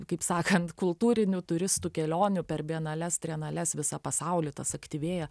kaip sakant kultūrinių turistų kelionių per bienales trienales visą pasaulį tas aktyvėja